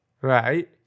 Right